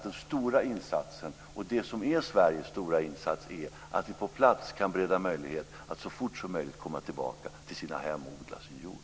Den stora insatsen, det som är Sveriges stora insats, är att vi på plats kan bereda människor möjlighet att så fort som möjligt komma tillbaka till sina hem och odla sin jord.